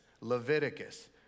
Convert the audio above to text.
Leviticus